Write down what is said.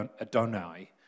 Adonai